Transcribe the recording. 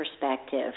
perspective